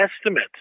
estimate